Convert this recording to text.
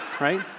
Right